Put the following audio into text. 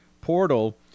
portal